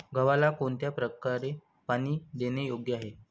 गव्हाला कोणत्या प्रकारे पाणी देणे योग्य आहे?